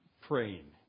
praying